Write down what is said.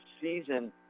season